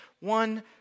one